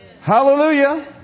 Hallelujah